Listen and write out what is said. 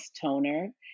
toner